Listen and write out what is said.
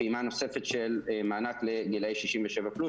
פעימה נוספות של מענק לגילאי 67 פלוס